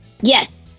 Yes